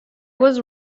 was